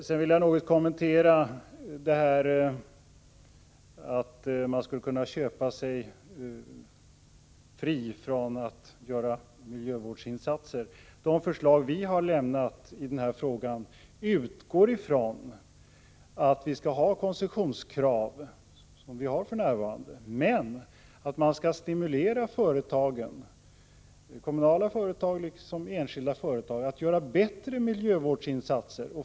Sedan vill jag något kommentera det där med att man skulle kunna köpa sig fri från att göra miljövårdsinsatser. Det förslag vi har lämnat i den här frågan utgår ifrån att det skall finnas koncessionskrav på samma sätt som för närvarande men att man skall stimulera företagen, kommunala företag liksom enskilda företag, att göra bättre miljövårdsinsatser.